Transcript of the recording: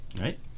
Right